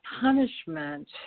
punishment